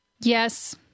Yes